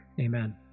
Amen